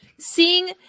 seeing